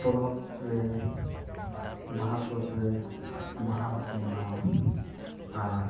ᱯᱚᱨᱚᱵᱽ ᱨᱮ ᱵᱟᱦᱟ ᱯᱚᱨᱚᱵᱽ ᱨᱮ ᱵᱟᱦᱟ ᱦᱚᱸᱠᱚ ᱢᱟᱱᱟᱣᱟ ᱟᱨ